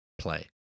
play